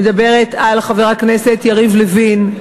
אני מדברת על חבר הכנסת יריב לוין.